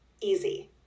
easy